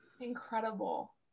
Incredible